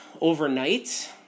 overnight